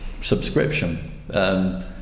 subscription